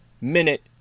minute